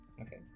Okay